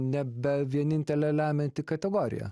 nebe vienintelė lemianti kategorija